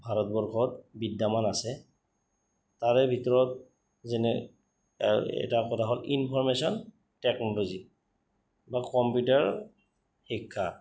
ভাৰতবৰ্ষত বিদ্যামান আছে তাৰে ভিতৰত যেনে এটা কথা হ'ল ইনফৰমেশ্যন টেকন'লজি বা কম্পিউটাৰ শিক্ষা